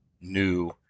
new